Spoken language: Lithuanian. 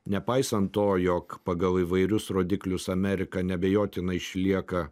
nepaisant to jog pagal įvairius rodiklius amerika neabejotinai išlieka